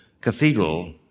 cathedral